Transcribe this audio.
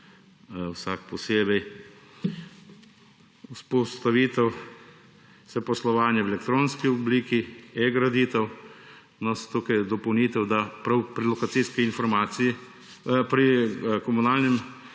vsak posebej. Vzpostavitev poslovanja v elektronski obliki, e-graditev. No, tukaj dopolnitev, da prav pri lokacijski informaciji, pri komunalnem